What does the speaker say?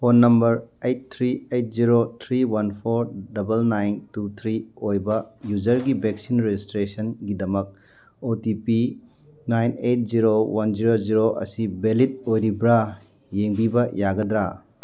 phone number eight three eight zero three one four double nine two three ꯑꯣꯏꯕ ꯌꯨꯖꯔꯒꯤ vaccine ꯔꯦꯖꯤꯁꯇ꯭ꯔꯦꯁꯟꯒꯤꯗꯃꯛ O T P nine eight zero one zero zero ꯑꯁꯤ valid ꯑꯣꯏꯔꯤꯕ꯭ꯔꯥ ꯌꯦꯡꯕꯤꯕ ꯌꯥꯒꯗ꯭ꯔꯥ